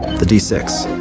the d six.